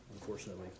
unfortunately